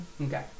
Okay